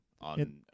on